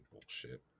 bullshit